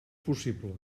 possibles